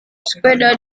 sepeda